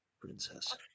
princess